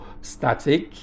static